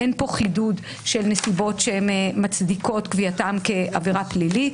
אין כאן חידוד של נסיבות שהן מצדיקות קביעתן כעבירה פלילית.